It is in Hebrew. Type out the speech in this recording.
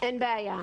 אין בעיה.